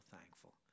thankful